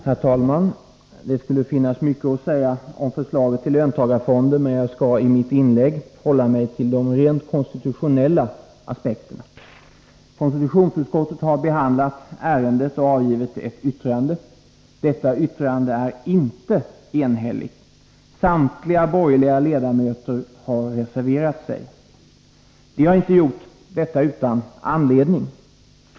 Herr talman! Det skulle finnas mycket att säga om förslaget till löntagarfonder, men jag skall i mitt inlägg hålla mig till de rent konstitutionella aspekterna. Konstitutionsutskottet har behandlat ärendet och avgivit ett yttrande. Detta yttrande är inte enhälligt. Samtliga borgerliga ledamöter har reserverat sig. De har inte gjort detta utan anledning.